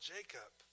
Jacob